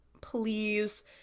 please